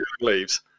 Leaves